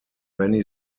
many